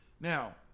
Now